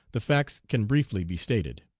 the facts can briefly be stated.